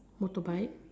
motorbike